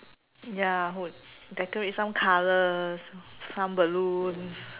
ya would decorate some colours some balloons